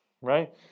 Right